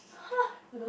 !huh!